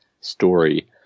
story